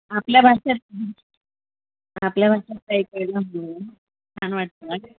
आपल्या भाषेत आपल्या भाषेत ऐकायला छान वाटतं